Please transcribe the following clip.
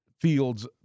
fields